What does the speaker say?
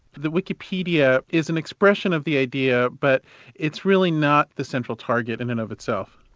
the wikipedia is an expression of the idea, but it's really not the central target in and of itself.